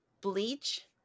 Bleach